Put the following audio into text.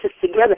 together